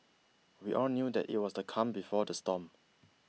we all knew that it was the calm before the storm